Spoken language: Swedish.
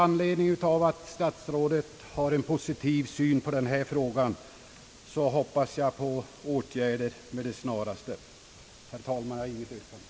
Eftersom statsrådet Lundkvist har en positiv syn på denna fråga, hoppas jag på åtgärder med det snaraste. Herr talman! Jag har inget yrkande.